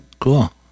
Cool